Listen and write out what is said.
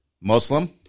Muslim